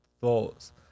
thoughts